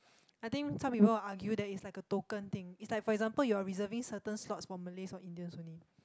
I think some people will argue that it's like a token thing it's like for example you're reserving certain slots for malays or Indians only